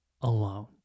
alone